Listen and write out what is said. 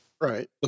Right